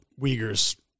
Uyghurs